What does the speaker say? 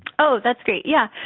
oh, that's great. yeah,